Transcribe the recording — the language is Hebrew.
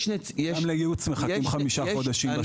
גם לייעוץ מחכים חישה חודשים בשב"ן.